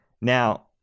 Now